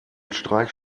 streich